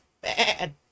bad